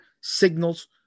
signals